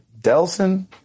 Delson